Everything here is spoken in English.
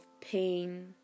pain